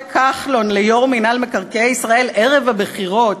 כחלון ליו"ר מינהל מקרקעי ישראל ערב הבחירות.